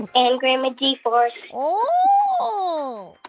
and grandma g-force oh